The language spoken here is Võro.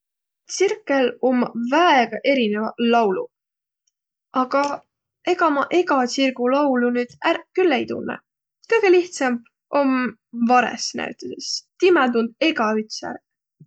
Tsirkõl ommaq väega erineväq lauluq, aga ega ma egä tsirgu laulu nüüd ärq külh ei tunnõq. Kõgõ lihtsämb om varõs näütüses. Timä tund egäüts ärq.